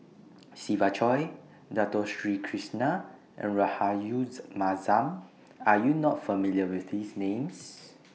Siva Choy Dato Sri Krishna and Rahayu Mahzam Are YOU not familiar with These Names